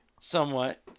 Somewhat